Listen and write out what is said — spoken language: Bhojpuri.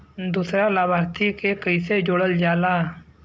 दूसरा लाभार्थी के कैसे जोड़ल जाला?